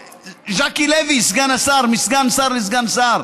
ז'קי לוי סגן השר, מסגן שר לסגן שר,